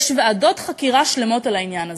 יש ועדות חקירה שלמות על העניין הזה.